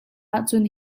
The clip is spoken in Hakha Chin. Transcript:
ahcun